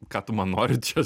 ką tu man nori čia